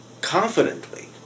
confidently